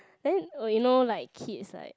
then oh you know like kids like